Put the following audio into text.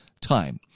time